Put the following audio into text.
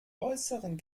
äußeren